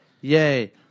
Yay